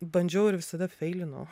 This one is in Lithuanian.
bandžiau ir visada feilinau